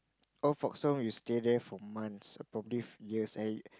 old folk's home you stay there for months probably for years